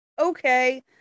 okay